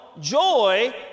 joy